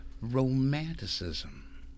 romanticism